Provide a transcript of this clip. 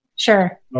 Sure